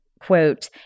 quote